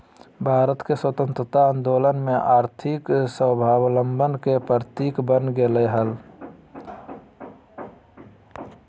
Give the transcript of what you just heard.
भारत के स्वतंत्रता आंदोलन में आर्थिक स्वाबलंबन के प्रतीक बन गेलय हल